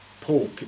pork